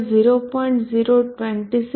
5 n 2 VT 0